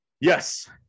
yes